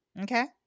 Okay